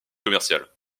commerciales